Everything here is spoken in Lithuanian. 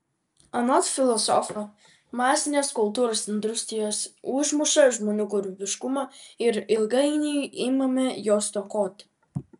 anot filosofo masinės kultūros industrijos užmuša žmonių kūrybiškumą ir ilgainiui imame jo stokoti